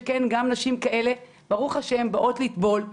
שכן גם נשים כאלה ברוך השם באות לטבול.